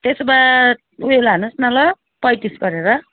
त्यसो भए उयो लानुहोस् न ल पैँतिस गरेर